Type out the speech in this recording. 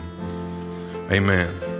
amen